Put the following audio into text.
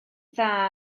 dda